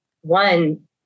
one